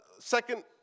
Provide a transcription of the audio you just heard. Second